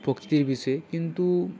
প্রকৃতির বিষয়ে কিন্তু